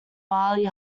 barley